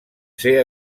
ser